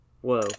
Whoa